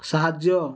ସାହାଯ୍ୟ